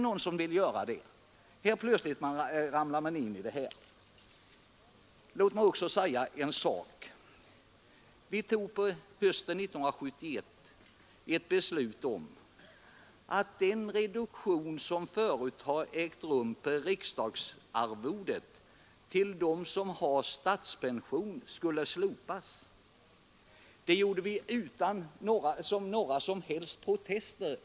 Låt mig tillägga att vi tog hösten 1971 ett beslut om att den reduktion som förut gjorts av riksdagsarvodet för dem som har statspension skulle slopas. Det gjorde vi utan några som helst protester.